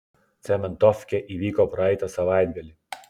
cementofkė įvyko praeitą savaitgalį